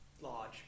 large